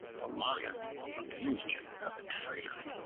the lion abused him as a traitor.